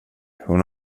hon